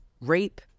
rape